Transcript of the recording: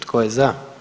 Tko je za?